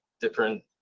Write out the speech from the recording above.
different